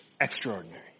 extraordinary